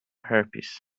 herpes